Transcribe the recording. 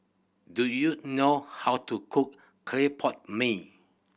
do you know how to cook clay pot mee